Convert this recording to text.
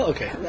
Okay